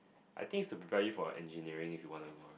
I think is to prepare you for Engineering if you want to go